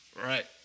Right